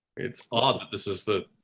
it's odd this is the